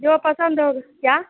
जो पसंद हो क्या